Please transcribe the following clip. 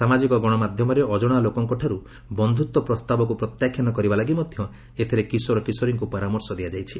ସାମାଜିକ ଗଣମାଧ୍ୟମରେ ଅଜଣା ଲୋକଙ୍କଠାରୁ ବନ୍ଧୁତ୍ୱ ପ୍ରସ୍ତାବକୁ ପ୍ରତ୍ୟାଖ୍ୟାନ କରିବା ଲାଗି ମଧ୍ୟ ଏଥିରେ କିଶୋର କିଶୋରୀଙ୍କୁ ପରାମର୍ଶ ଦିଆଯାଇଛି